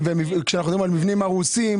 כשאנחנו מדברים על מבנים הרוסים,